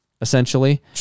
Essentially